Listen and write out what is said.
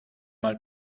mal